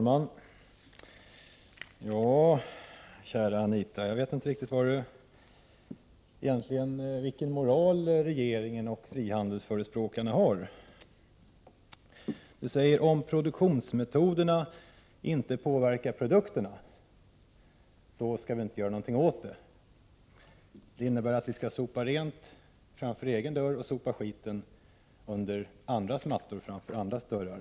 Herr talman! Ja, Anita Gradin, jag vet inte riktigt vilken moral regeringen och frihandelsförespråkarna egentligen har. Anita Gradin säger att om produktionsmetoderna inte påverkar produkterna, skall vi inte göra någonting åt det. Det innebär att vi skall sopa rent framför egen dörr och i stället sopa smutsen under andras mattor och framför andras dörrar.